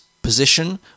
Position